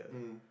mm